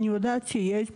אני יודעת שיש בדימונה,